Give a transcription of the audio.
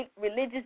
religious